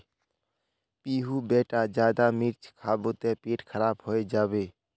पीहू बेटा ज्यादा मिर्च खाबो ते पेट खराब हों जाबे